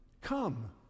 come